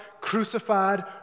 crucified